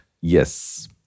Yes